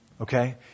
Okay